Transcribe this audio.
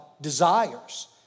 desires